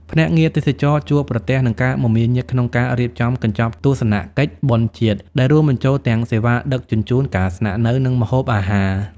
ភ្នាក់ងារទេសចរណ៍ជួបប្រទះនឹងការមមាញឹកក្នុងការរៀបចំកញ្ចប់ទស្សនកិច្ច "បុណ្យជាតិ" ដែលរួមបញ្ចូលទាំងសេវាដឹកជញ្ជូន ការស្នាក់នៅ និងម្ហូបអាហារ។